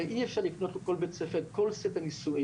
הרי אי אפשר לקנות לכל בית ספר את כל סט הניסויים,